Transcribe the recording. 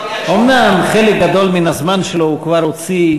אומנם חלק גדול מן הזמן שלו הוא כבר הוציא,